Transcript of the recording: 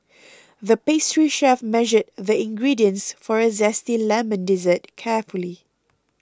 the pastry chef measured the ingredients for a Zesty Lemon Dessert carefully